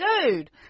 Dude